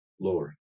Lord